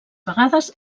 vegades